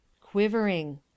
Quivering